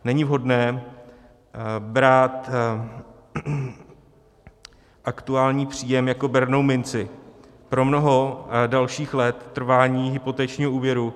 Není vhodné brát aktuální příjem jako bernou minci pro mnoho dalších let trvání hypotečního úvěru.